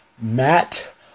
Matt